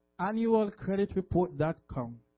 annualcreditreport.com